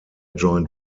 joined